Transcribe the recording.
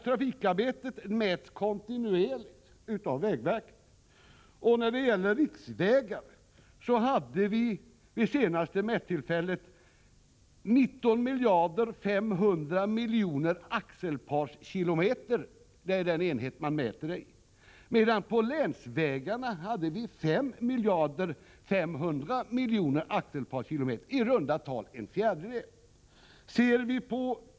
Denna mäts kontinuerligt av vägverket. I fråga om riksvägarna fick man vid senaste mättillfället värdet 19,5 miljarder axelparskilometer — det är den enhet som man mäter i — medan beträffande länsvägarna värdet blev 5,5 miljarder axelparskilometer, i runda tal en fjärdedel.